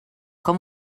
com